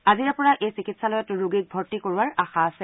আজিৰেপৰা এইখন চিকিৎসালয়ত ৰোগীক ভৰ্তি কৰোৱাৰ আশা আছে